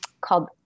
called